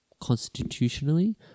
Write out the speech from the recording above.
constitutionally